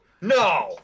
No